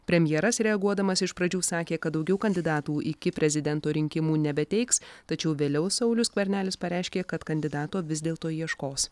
premjeras reaguodamas iš pradžių sakė kad daugiau kandidatų iki prezidento rinkimų nebeteiks tačiau vėliau saulius skvernelis pareiškė kad kandidato vis dėlto ieškos